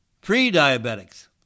pre-diabetics